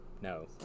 no